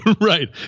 Right